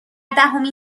دهمین